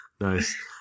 Nice